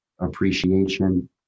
appreciation